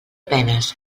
penes